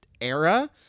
era